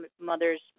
mothers